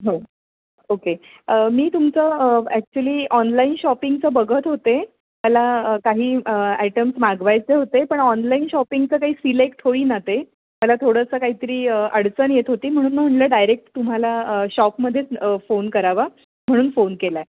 हो ओके मी तुमचं ॲक्च्युली ऑनलाईन शॉपिंगचं बघत होते मला काही आयटम्स मागवायचे होते पण ऑनलाईन शॉपिंगचं काही सिलेक्ट होईना ते मला थोडंसं काहीतरी अडचण येत होती म्हणून म्हटलं डायरेक्ट तुम्हाला शॉपमध्येच फोन करावा म्हणून फोन केला आहे